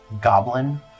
goblin